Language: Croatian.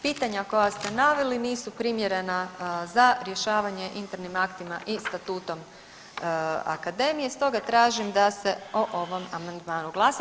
Pitanja koja ste naveli nisu primjerena za rješavanje internim aktima i statutom akademije stoga tražim da se o ovom amandmanu glasa.